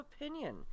opinion